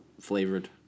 flavored